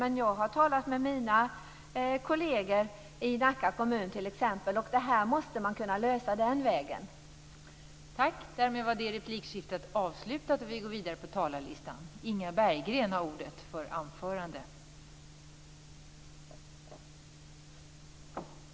Men jag har talat med mina kolleger i Nacka kommun t.ex., och detta är någonting som man måste kunna lösa på samma sätt.